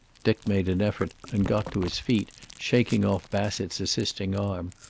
dick made an effort and got to his feet, shaking off bassett's assisting arm.